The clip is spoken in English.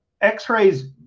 x-rays